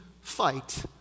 fight